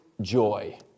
joy